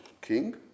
king